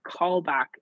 callback